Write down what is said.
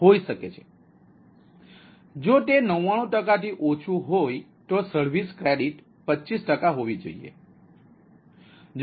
જ્યારે જો તે 99 ટકાથી ઓછું હોય તો સર્વિસ ક્રેડિટ 25 ટકા હોવી જોઈએ